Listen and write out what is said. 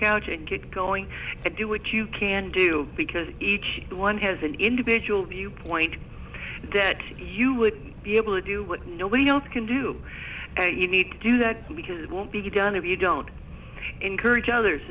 couch and get going to do what you can do because each one has an individual viewpoint that you would be able to do what we don't can do and you need to do that because it won't be done if you don't encourage others